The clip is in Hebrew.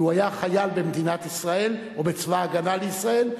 כי הוא היה חייל במדינת ישראל או בצבא-ההגנה לישראל,